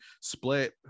split